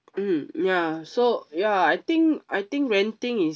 mm ya so ya I think I think renting is